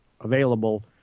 available